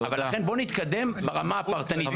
לכן בואו נתקדם ברמה הפרטנית,